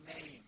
name